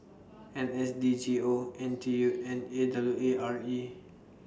N S D G O N T U and A W A R E